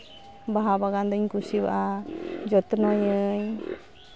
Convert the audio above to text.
ᱵᱟᱦᱟ ᱵᱟᱜᱟᱱ ᱫᱚᱧ ᱠᱩᱥᱤᱭᱟᱜᱼᱟ ᱡᱚᱛᱱᱚᱭᱟᱹᱧ